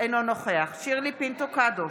אינו נוכח שירלי פינטו קדוש,